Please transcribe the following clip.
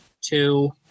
two